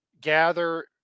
gather